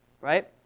right